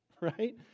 Right